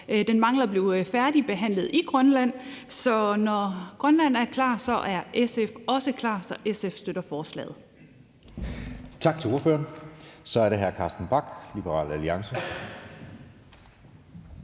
mangler at blive færdigbehandlet i Grønland, så når Grønland er klar, er SF også klar, så SF støtter forslaget.